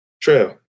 Trail